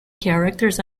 characters